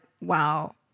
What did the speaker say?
wow